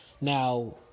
Now